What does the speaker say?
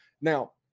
Now